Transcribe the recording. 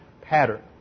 pattern